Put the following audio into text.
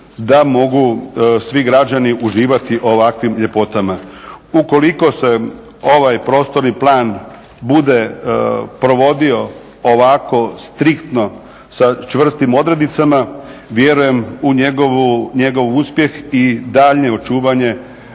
da mogu svi građani uživati u ovakvim ljepotama. Ukoliko se ovaj prostorni plan bude provodio ovako striktno sa čvrstim odrednicama vjerujem u njegov uspjeh i daljnje očuvanje